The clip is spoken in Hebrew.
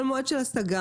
כל מועד של השגה,